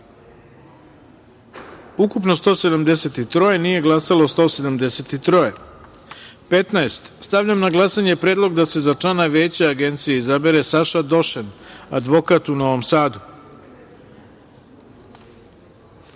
ukupno - 173, nije glasalo – 173.15. Stavljam na glasanje predlog da se za člana Veća Agencije izabere Saša Došen, advokat u Novom